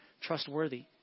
trustworthy